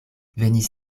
venis